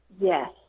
Yes